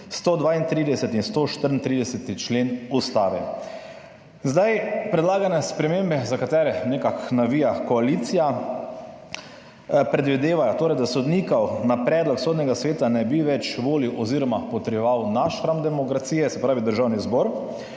132. in 134. člen Ustave. Predlagane spremembe, za katere nekako navija koalicija, predvidevajo torej, da sodnikov na predlog Sodnega sveta ne bi več volil oziroma potrjeval naš hram demokracije, se pravi Državni zbor,